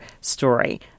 story